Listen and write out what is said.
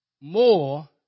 more